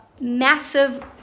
massive